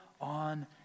on